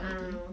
err